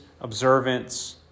observance